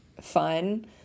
fun